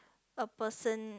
a person